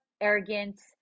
arrogance